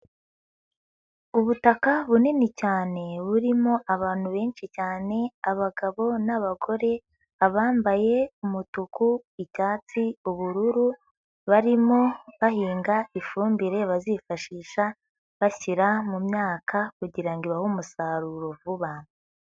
Ubutaka bunini cyane burimo abantu benshi cyane abagabo n'abagore, abambaye umutuku, icyatsi, ubururu barimo bahinga ifumbire bazifashisha bashyira mu myaka kugira ngo ibahe umusaruro vuba.